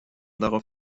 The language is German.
darauf